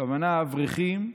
הכוונה, אברכים,